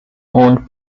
owned